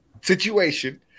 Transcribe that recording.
situation